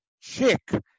chick